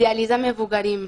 דיאליזה מבוגרים.